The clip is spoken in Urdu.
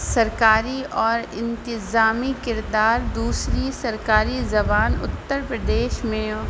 سرکاری اور انتظامی کردار دوسری سرکاری زبان اتر پردیش میں